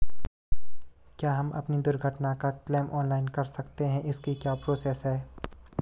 क्या हम अपनी दुर्घटना का क्लेम ऑनलाइन कर सकते हैं इसकी क्या प्रोसेस है?